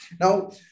Now